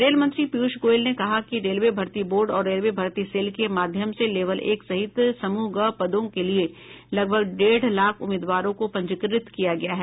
rail मंत्री पीयूष गोयल ने कहा कि रेलवे भर्ती बोर्ड और रेलवे भर्ती सेल के माध्यम से लेवल एक सहित समूह ग पदों के लिए लगभग डेढ़ लाख उम्मीदवारों को पंजीकृत किया गया है